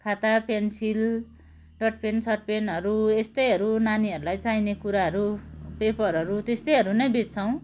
खाता pencil dot pen सटपेनहरू यस्तैहरू नानीहरूलाई चाहिने कुराहरू पेपरहरू त्यस्तैहरू नै बेच्छौँ